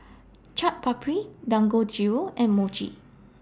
Chaat Papri Dangojiru and Mochi